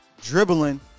dribbling